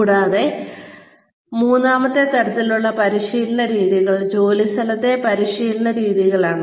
കൂടാതെ മൂന്നാമത്തെ തരത്തിലുള്ള പരിശീലന രീതികൾ ജോലിസ്ഥലത്തെ പരിശീലന രീതികളാണ്